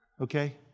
Okay